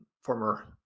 former